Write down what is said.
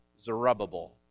Zerubbabel